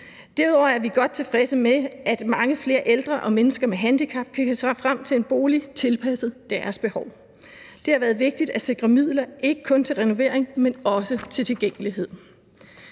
Derudover er vi godt tilfredse med, at mange flere ældre og mennesker med handicap kan se frem til en bolig tilpasset deres behov. Det har været vigtigt at sikre midler ikke kun til renovering, men også til tilgængelighed.